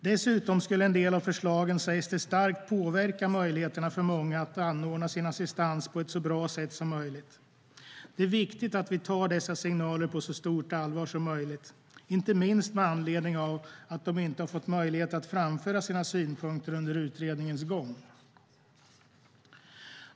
Dessutom skulle en del av förslagen, sägs det, starkt påverka möjligheterna för många att anordna sin assistans på ett så bra sätt som möjligt. Det är viktigt att vi tar dessa signaler på så stort allvar som möjligt, inte minst med anledning av att dessa personer inte har fått möjlighet att framföra sina synpunkter under utredningens gång.